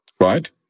Right